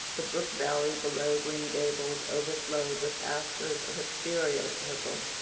the brook valley below green gables overflowed with asters of ethereal purple,